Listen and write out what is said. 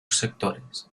sectores